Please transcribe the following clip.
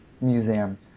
Museum